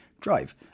drive